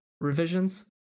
revisions